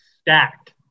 stacked